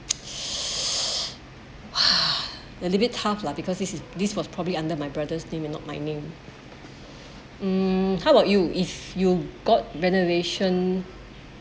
it's a little bit tough lah because this is this was probably under my brother's name and not my name um how about you if you got renovation